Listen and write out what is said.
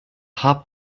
hub